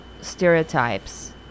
stereotypes